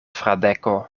fradeko